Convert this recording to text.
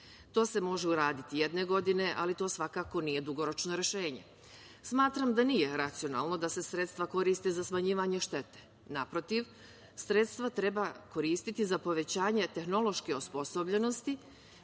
To se može uraditi jedne godine, ali to svakako nije dugoročno rešenje. Smatram da nije racionalno da se sredstva koriste za smanjivanje štete. Naprotiv, sredstva treba koristiti za povećanje tehnološke osposobljenosti